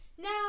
Now